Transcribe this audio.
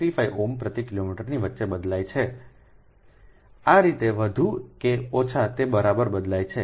35 ohm પ્રતિ kilometre ની વચ્ચે બદલાય છેઆ રીતે વધુ કે ઓછા તે બરાબર બદલાય છે